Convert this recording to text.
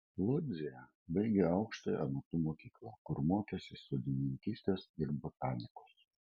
lodzėje baigė aukštąją amatų mokyklą kur mokėsi sodininkystės ir botanikos